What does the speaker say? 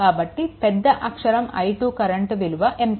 కాబట్టి పెద్ద అక్షరం I2 కరెంట్ విలువ ఎంత